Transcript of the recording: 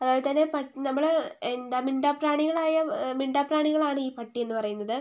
അതുപോലെത്തന്നെ നമ്മൾ എന്താ മിണ്ടാപ്രാണികളായ മിണ്ടാപ്രാണികളാണ് ഈ പട്ടി എന്ന് പറയുന്നത്